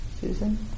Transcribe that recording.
Susan